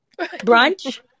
Brunch